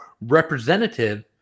representative